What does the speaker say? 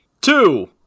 two